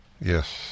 Yes